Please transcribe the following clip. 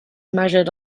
measured